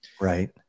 right